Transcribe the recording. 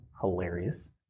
Hilarious